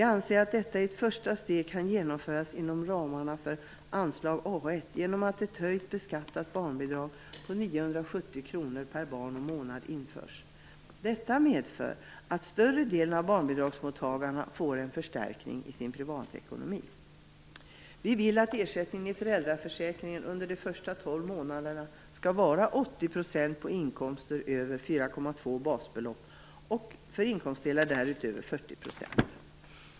Vi anser att det i ett första steg kan genomföras inom ramarna för anslag A1 genom att ett höjt beskattat barnbidrag på 970 kr per barn och månad införs. Detta medför att större delen av barnbidragsmottagarna får en förstärkning i sin privatekonomi. Vi vill att ersättningen i föräldraförsäkringen under de första tolv månaderna skall vara 80 % på inkomster upp till 4,2 basbelopp och för inkomstdelar därutöver 40 %.